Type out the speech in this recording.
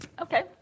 okay